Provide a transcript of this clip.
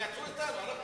תתייעצו אתנו.